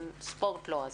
אבל ספורט לא,